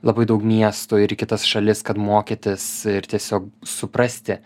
labai daug miestų ir į kitas šalis kad mokytis ir tiesiog suprasti